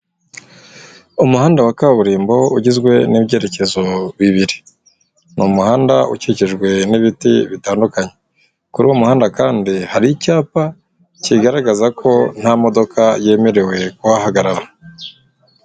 Umuhanda wa kaburimbo ugizwe n'ibyerekezo bibiri, ni umuhanda ukikijwe n'ibiti bitandukanye, kuri uwo muhanda kandi hari icyapa kigaragaza ko nta modoka yemerewe kuhahagarara.